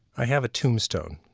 i have a tombstone.